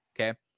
Okay